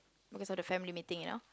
because of the family meeting and all